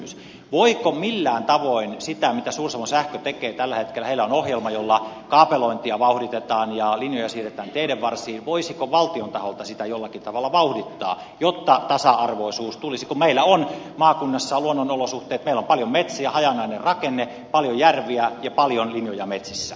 voiko millään tavoin sitä mitä suur savon sähkö tekee tällä hetkellä heillä on ohjelma jolla kaapelointia vauhditetaan ja linjoja siirretään teiden varsiin valtion taholta vauhdittaa jotta tasa arvoisuus tulisi kun meillä on maakunnassa luonnonolosuhteet meillä on paljon metsiä hajanainen rakenne paljon järviä ja paljon linjoja metsissä